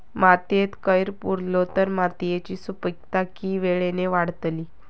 मातयेत कैर पुरलो तर मातयेची सुपीकता की वेळेन वाडतली?